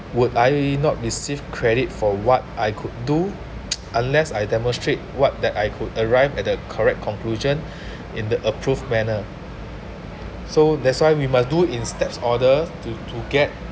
would I not receive credit for what I could do unless I demonstrate what that I could arrived at the correct conclusion in the approved manner so that's why we must do in steps order to to get